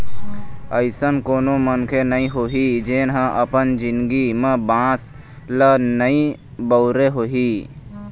अइसन कोनो मनखे नइ होही जेन ह अपन जिनगी म बांस ल नइ बउरे होही